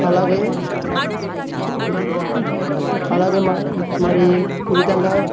అలాగే అలాగే మ మరి ఈ విధంగా